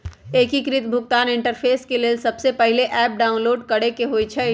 एकीकृत भुगतान इंटरफेस के लेल सबसे पहिले ऐप डाउनलोड करेके होइ छइ